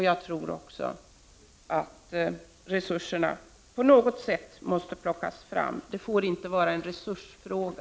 Jag tror också att resurserna på något sätt måste plockas fram. Detta får inte vara en resursfråga.